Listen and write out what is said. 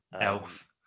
Elf